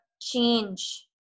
change